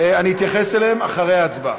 אני אתייחס אליהן אחרי ההצבעה.